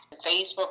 Facebook